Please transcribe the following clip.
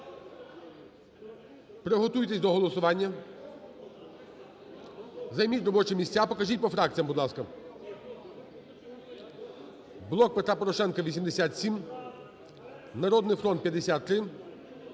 приготуйтесь до голосування. Займіть робочі місця. Покажіть по фракціях, будь ласка. "Блок Петра Порошенка" – 87, "Народний фронт" –